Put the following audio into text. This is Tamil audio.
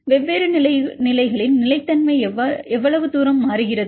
வெவ்வேறு நிலைகளில் நிலைத்தன்மை எவ்வளவு தூரம் மாறுகிறது